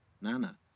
nana